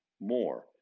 more